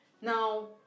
now